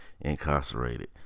incarcerated